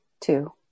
two